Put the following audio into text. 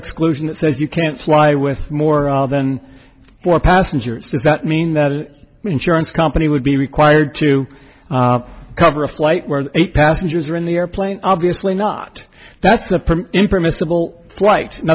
exclusion that says you can't fly with more all then four passengers does that mean that mean surance company would be required to cover a flight where eight passengers are in the airplane obviously not that's the impermissible flight